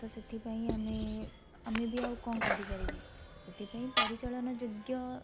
ତ ସେଥିପାଇଁ ଆମେ ଆମେ ବି ଆଉ କଣ କରିପାରିବୁ ସେଥିପାଇଁ ପରିଚାଳନ ଯୋଗ୍ୟ